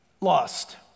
lost